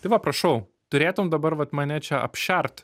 tai va prašau turėtum dabar vat mane čia apšert